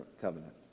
covenant